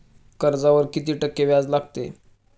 कर्जावर किती टक्के व्याज लागते?